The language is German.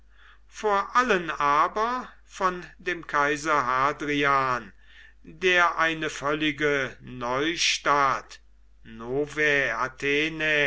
vor allen aber von dem kaiser hadrian der eine völlige neustadt